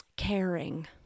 Caring